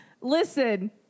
Listen